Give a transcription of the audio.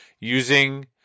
using